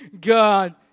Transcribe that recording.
God